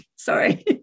Sorry